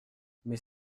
mais